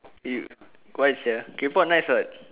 you why sia K-pop nice [what]